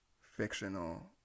fictional